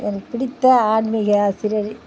எனக்குப் பிடித்த ஆன்மீக ஆசிரியர்